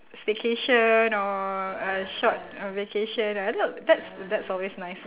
staycation or a short uh vacation I thought that that's always nice